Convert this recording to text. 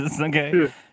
Okay